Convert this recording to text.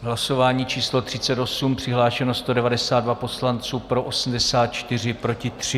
Hlasování číslo 38, přihlášeno 192 poslanců, pro 84, proti 3.